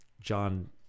John